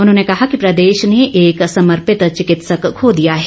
उन्होंने कहा कि प्रदेश ने एक समर्पित चिकित्सक खो दिया है